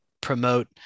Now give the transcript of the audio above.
promote